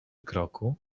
kroku